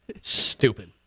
stupid